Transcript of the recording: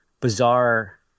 bizarre